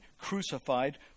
crucified